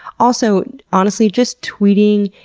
also, honestly, just tweeting,